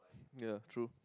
ya true